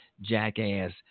jackass